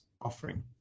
offering